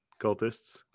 cultists